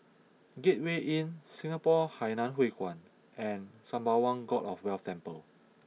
Gateway Inn Singapore Hainan Hwee Kuan and Sembawang God of Wealth Temple